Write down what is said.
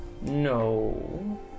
No